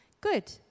Good